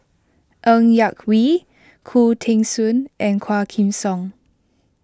Ng Yak Whee Khoo Teng Soon and Quah Kim Song